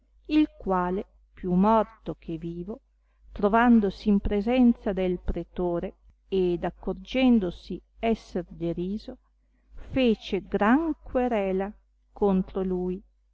il quale più morto che vivo trovandosi in presenza del pretore ed accorgendosi esser deriso fece gran querela contro lui